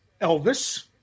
Elvis